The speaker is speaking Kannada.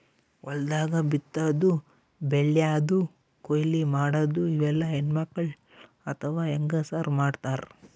ಹೊಲ್ದಾಗ ಬಿತ್ತಾದು ಬೆಳ್ಯಾದು ಕೊಯ್ಲಿ ಮಾಡದು ಇವೆಲ್ಲ ಹೆಣ್ಣ್ಮಕ್ಕಳ್ ಅಥವಾ ಹೆಂಗಸರ್ ಮಾಡ್ತಾರ್